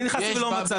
אני נכנסתי ולא מצאתי.